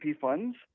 funds